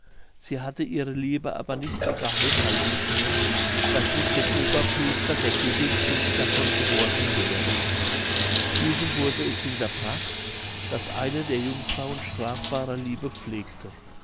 sie hatte ihre liebe aber nicht so geheim halten können daß nicht dem oberpriester der göttin kunde davon geworden wäre diesem wurde es hinterbracht daß eine der jungfrauen strafbarer liebe pflege